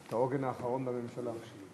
אתה העוגן האחרון בממשלה.